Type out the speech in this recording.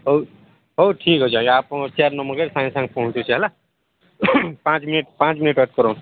ହଉ ହଉ ଠିକ୍ ଅଛି ଆଜ୍ଞା ଆପଣ ଚାର ନମ୍ବରକେ ସାଙ୍ଗେ ସାଙ୍ଗେ ପହଞ୍ଚୁଛି ହେଲା ପାଞ୍ଚ ମିନିଟ୍ ପାଞ୍ଚ ମିନଟ୍ ୱେଟ୍ କର